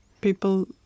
people